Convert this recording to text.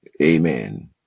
Amen